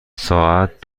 ساعت